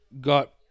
got